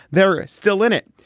they're still in it.